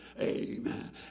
amen